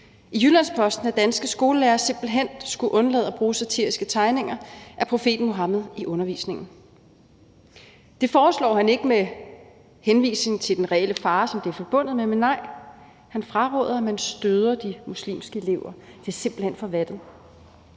den her debat, at danske skolelærere simpelt hen skulle undlade at bruge satiriske tegninger af profeten Muhammed i undervisningen. Det foreslog han ikke med henvisning til den reelle fare, som det er forbundet med. Nej, han fraråder, at man støder de muslimske elever. Det er simpelt hen for vattet.